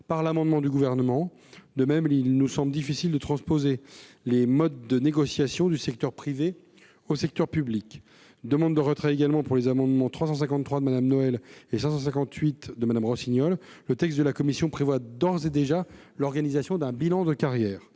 par l'amendement du Gouvernement. De même, il nous semble difficile de transposer les modes de négociation du secteur privé au secteur public. Nous demandons également le retrait des amendements identiques n 353 rectifié et 558 rectifié. Le texte de la commission prévoit d'ores et déjà l'organisation d'un bilan de carrière.